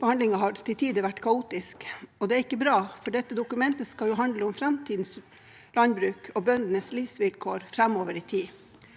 behandlingen har til tider vært kaotisk. Det er ikke bra, for dette dokumentet skal jo handle om framtidens landbruk og bøndenes livsvilkår framover i tid.